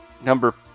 number